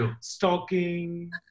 stalking